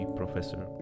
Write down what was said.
professor